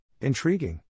Intriguing